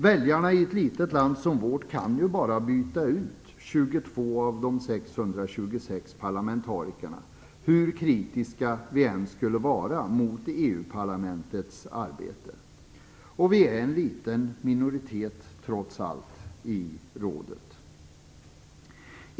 Väljarna i ett litet land som vårt kan ju bara byta ut 22 av de 626 parlamentarikerna hur kritiska de än skulle vara mot EU-parlamentets arbete. Vi är trots allt en liten minoritet i rådet.